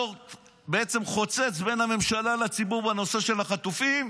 בעצם ליצור חוצץ בין הממשלה לציבור בנושא של החטופים.